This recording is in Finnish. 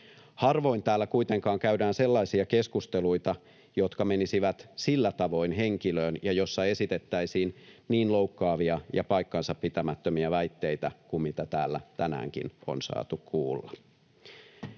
Harvoin täällä kuitenkaan käydään sellaisia keskusteluita, jotka menisivät sillä tavoin henkilöön ja joissa esitettäisiin niin loukkaavia ja paikkansapitämättömiä väitteitä kuin mitä täällä tänäänkin on saatu kuulla.